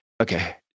okay